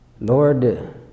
Lord